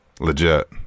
legit